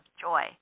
joy